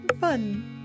fun